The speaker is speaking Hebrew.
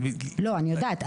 אני יודעת,